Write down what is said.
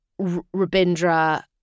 Rabindra